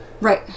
Right